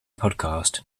podcast